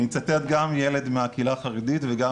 אני מצטט גם ילד מהקהילה החרדית וגם